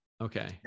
Okay